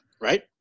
right